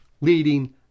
leading